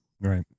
Right